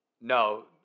No